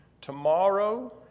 tomorrow